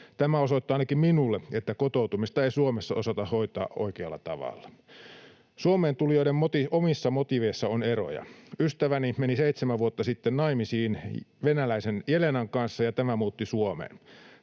Tämä osoittaa ainakin minulle, että kotoutumista ei Suomessa osata hoitaa oikealla tavalla. Suomeen tulijoiden omissa motiiveissa on eroja. Ystäväni meni seitsemän vuotta sitten naimisiin venäläisen Elenan kanssa, ja tämä muutti Suomeen.